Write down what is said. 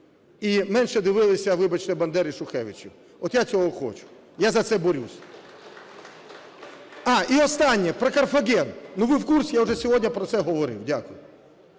і менше дивилися, вибачте, "Бандер" і "Шухевичей". От я цього хочу, я за це борюсь. І останнє, про Карфаген. Ну, ви в курсі, я вже сьогодні про це говорив. Дякую.